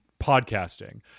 podcasting